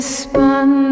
spun